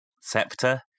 scepter